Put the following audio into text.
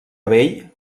bell